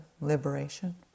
liberation